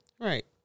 Right